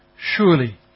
Surely